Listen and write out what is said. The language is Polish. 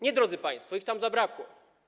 Nie, drodzy państwo, ich tam zabrakło.